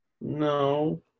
no